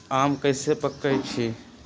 आम कईसे पकईछी?